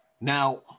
Now